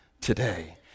today